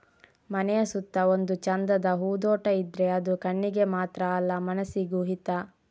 ಮನೆಯ ಸುತ್ತ ಒಂದು ಚಂದದ ಹೂದೋಟ ಇದ್ರೆ ಅದು ಕಣ್ಣಿಗೆ ಮಾತ್ರ ಅಲ್ಲ ಮನಸಿಗೂ ಹಿತ